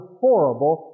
horrible